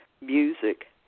Music